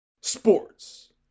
Sports